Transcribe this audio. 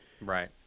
Right